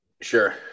Sure